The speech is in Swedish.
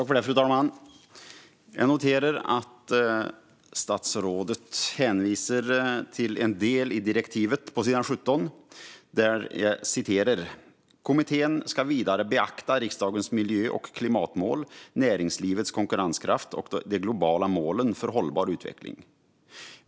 Fru talman! Jag noterar att statsrådet hänvisar till följande stycke i direktivet: "Kommittén ska vidare beakta riksdagens miljö och klimatmål, näringslivets konkurrenskraft och de globala målen för hållbar utveckling.